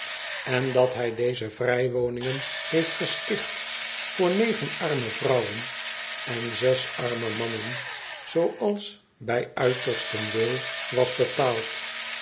en dat hij deze vrij woningen heeft gesticht voor negen arme vrouwen en zes arme mannen zooals bij uitersten wil was bepaald